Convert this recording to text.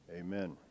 Amen